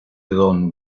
don